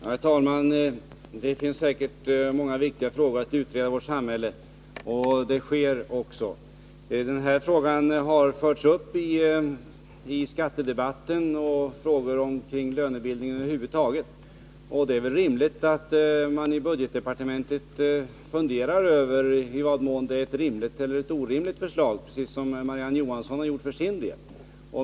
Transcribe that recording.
Herr talman! Det finns säkert många viktiga frågor att utreda i vårt samhälle, och de utreds också. Den här frågan har förts upp i skattedebatten liksom frågor kring lönebildningen över huvud taget. Och det är naturligt att mani budgetdepartementet funderar över i vad mån det är ett rimligt eller ett orimligt förslag — precis som Marie-Ann Johansson har gjort för sin del.